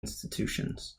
institutions